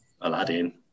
Aladdin